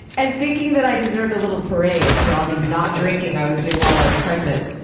and thinking that i deserved a little parade for all the not-drinking i was doing while i was pregnant.